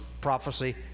prophecy